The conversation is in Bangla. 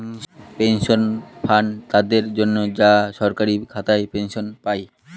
পেনশন ফান্ড তাদের জন্য, যারা সরকারি খাতায় পেনশন পায়